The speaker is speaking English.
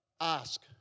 ask